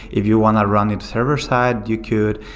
if you want to run it server-side, you could.